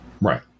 Right